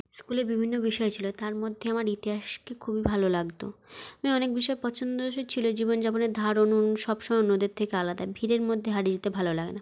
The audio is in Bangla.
স্কুলে বিভিন্ন বিষয় ছিলো তার মধ্যে আমার ইতিহাসকে খুবই ভালো লাগতো আমি অনেক বিষয়ে পছন্দসই ছিলো জীবনযাপনের ধারণও সব সময় অন্যদের থেকে আলাদা ভিড়ের মধ্যে হারিয়ে যেতে ভালো লাগে না